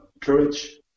courage